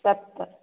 सत्तरि